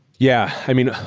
yeah. i mean,